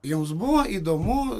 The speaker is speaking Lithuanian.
jums buvo įdomu